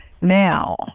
Now